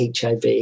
HIV